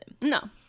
no